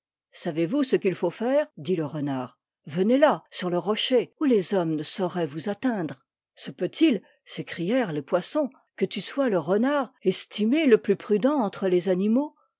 vous ce qu'il faut faire dit le renard venez là sur le rocher où les hommes ne sau raient vous atteindre se peut-il s'écrièrent tes poissons que tu sois le renard estimé le plus prudent entre les animaux